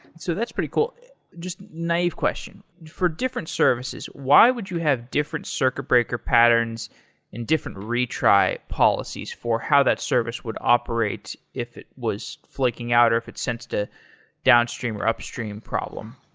so that's pretty cool. just naive question for different services, why would you have different circuit breaker patterns in different retry policies for how that service would operate if it was flaking out or if it sensed a downstream or upstream problem?